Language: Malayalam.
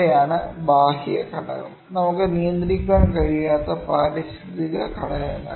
അവയാണ് ബാഹ്യ ഘടകം നമുക്ക് നിയന്ത്രിക്കാൻ കഴിയാത്ത പാരിസ്ഥിതിക ഘടകങ്ങൾ